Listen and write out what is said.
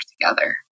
together